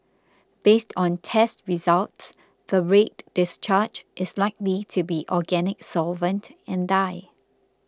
based on test results the red discharge is likely to be organic solvent and dye